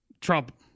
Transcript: Trump